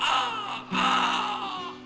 oh wow